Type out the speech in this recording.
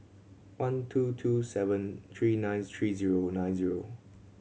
one two two seven three nine three zero nine zero